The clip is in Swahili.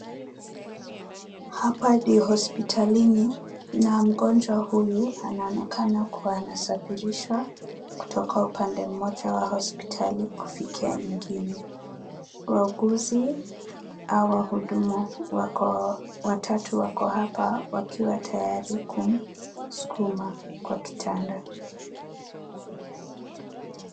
Hapa ni hospitalini na mgonjwa huyu anaonekana kuwa anasafirishwa kutoka upande moja wa hospitali kufikia nyingine. Wauguzi au wahudumu wako watatu wako hapa wakiwa tayari kumsukuma kwa kitanda.